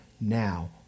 now